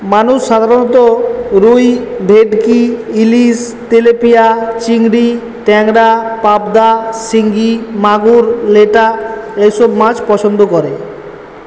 মানুষ সাধারণত রুই ভেটকি ইলিশ তেলেপিয়া চিংড়ি ট্যাংরা পাবদা শিঙি মাগুর লেটা এই সব মাছ পছন্দ করে